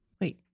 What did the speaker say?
Wait